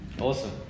Awesome